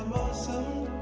also